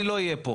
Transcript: אני לא אהיה פה.